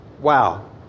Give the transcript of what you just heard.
Wow